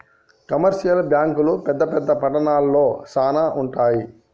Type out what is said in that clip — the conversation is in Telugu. కమర్షియల్ బ్యాంకులు పెద్ద పెద్ద పట్టణాల్లో శానా ఉంటయ్